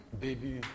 Baby